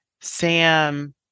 sam